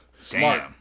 Smart